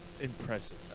impressive